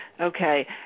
Okay